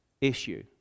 issue